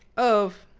of